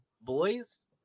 boys